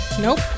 Nope